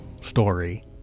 story